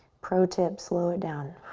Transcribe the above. protip, slow it down.